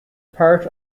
part